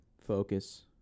Focus